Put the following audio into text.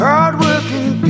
Hard-working